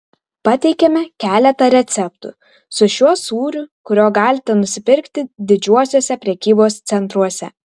pateikiame keletą receptų su šiuo sūriu kurio galite nusipirkti didžiuosiuose prekybos centruose